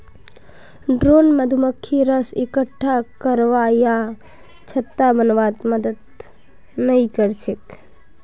drone मधुमक्खी रस इक्कठा करवा या छत्ता बनव्वात मदद नइ कर छेक